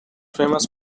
famous